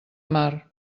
mar